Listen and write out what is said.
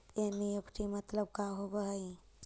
NEFT मतलब का होब हई?